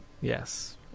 Yes